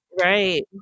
Right